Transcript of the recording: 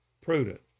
prudent